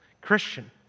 Christian